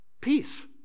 Peace